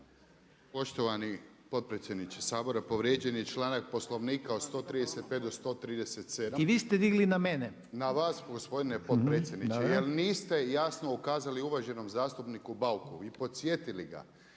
Jasen (HDZ)** Na vas gospodine potpredsjedniče jer niste jasno ukazali uvaženom zastupniku Bauku i podsjetili ga